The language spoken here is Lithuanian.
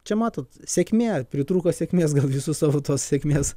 čia matot sėkmė pritrūko sėkmės gal visus savo tos sėkmės